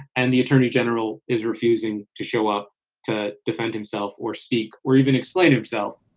and the attorney general is refusing to show up to defend himself or speak or even explain himself